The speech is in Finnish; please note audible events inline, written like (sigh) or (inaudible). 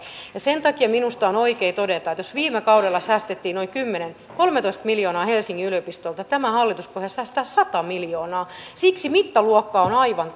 sen takia minusta on oikein todeta että jos viime kaudella säästettiin noin kolmetoista miljoonaa helsingin yliopistolta tämä hallituspohja säästää sata miljoonaa siksi mittaluokka on aivan (unintelligible)